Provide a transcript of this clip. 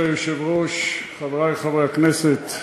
ברשות היושב-ראש, חברי חברי הכנסת,